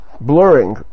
blurring